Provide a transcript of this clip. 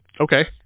Okay